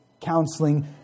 counseling